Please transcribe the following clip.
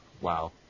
Wow